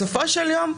בסופו של יום,